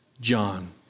John